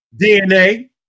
DNA